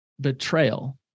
betrayal